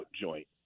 joint